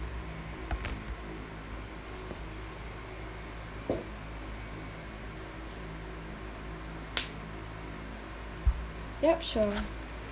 yup sure